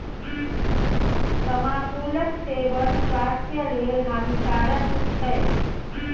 तमाकुलक सेवन स्वास्थ्य लेल हानिकारक छै